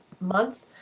month